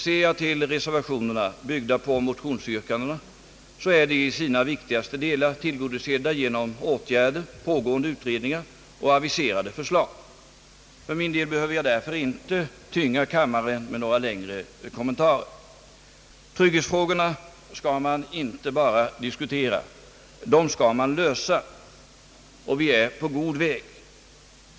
De på motionsyrkanden byggda reservationerna är i sina viktigaste delar tillgodosedda genom åtgärder, pågående utredningar och aviserade förslag. För min del behöver jag därför inte tynga kammarens ledamöter med några längre kommentarer. Trygghetsfrågorna skall inte bara diskuteras — de skall också lösas, och vi är på god väg.